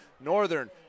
Northern